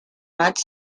maig